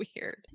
weird